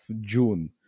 June